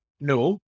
no